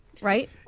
Right